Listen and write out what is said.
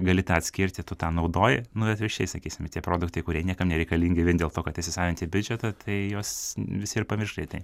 gali tą atskirti tu tą naudoji nu ir atvirkščiai sakysim tie produktai kurie niekam nereikalingi vien dėl to kad įsisavinti biudžetą tai juos visi ir pamiršta i tai